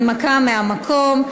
הנמקה מהמקום.